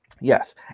Yes